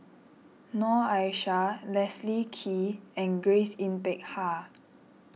Noor Aishah Leslie Kee and Grace Yin Peck Ha